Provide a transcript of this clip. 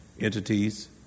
entities